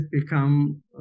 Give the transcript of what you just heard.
become